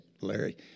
Larry